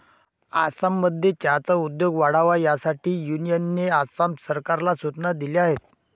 आसाममध्ये चहाचा उद्योग वाढावा यासाठी युनियनने आसाम सरकारला सूचना दिल्या आहेत